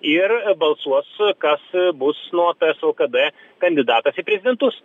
ir balsuos kas bus nuo ts lkd kandidatas į prezidentus